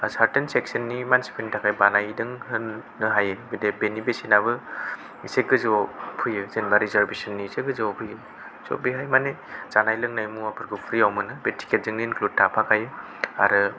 सार्तैन section नि मानसिफोरनि थाखाय बानायदों होननो हायो बेदि बिनि बेसेनाबो इसे गोजौआव फैयो जेनेबा रिजार्भेसन नि इसे गोजौआव फैयो स' बेहाय माने जानाय लोंनाय मुवाफोरखौ फ्रियाव मोनो बे थिकेत जोंनो इनक्लुड थाफाखायो आरो